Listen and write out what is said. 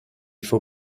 for